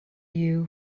you